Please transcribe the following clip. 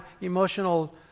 emotional